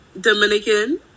Dominican